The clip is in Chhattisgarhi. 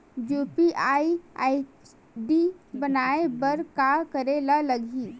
यू.पी.आई आई.डी बनाये बर का करे ल लगही?